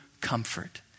comfort